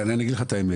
אני אגיד לך את האמת,